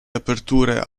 aperture